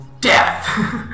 death